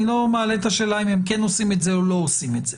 אני לא מעלה את השאלה אם הם כן עושים את זה או לא עושים את זה,